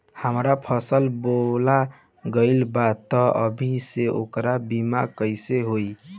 हमार फसल बोवा गएल बा तब अभी से ओकर बीमा कइसे होई?